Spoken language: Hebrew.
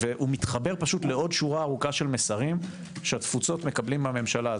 והוא מתחבר לעוד שורה ארוכה של מסרים שהתפוצות מקבלים מהממשלה.